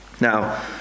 Now